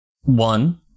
one